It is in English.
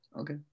okay